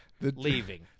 Leaving